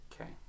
Okay